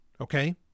Okay